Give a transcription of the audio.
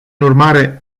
urmare